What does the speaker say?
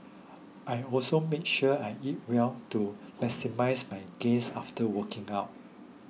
I also make sure I eat well to maximise my gains after working out